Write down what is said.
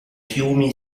fiumi